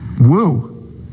Woo